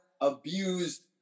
abused